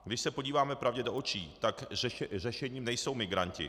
Když se podíváme pravdě do očí, tak řešením nejsou migranti.